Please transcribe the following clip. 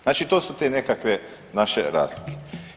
Znači to su te nekakve naše razlike.